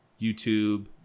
YouTube